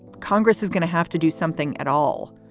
congress is going to have to do something at all.